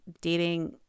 dating